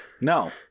No